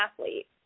athlete